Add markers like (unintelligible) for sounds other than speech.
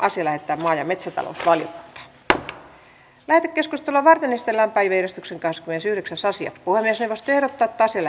(unintelligible) asia lähetetään maa ja metsätalousvaliokuntaan lähetekeskustelua varten esitellään päiväjärjestyksen kahdeskymmenesyhdeksäs asia puhemiesneuvosto ehdottaa että asia (unintelligible)